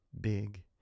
big